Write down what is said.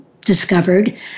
discovered